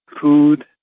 food